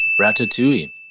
Ratatouille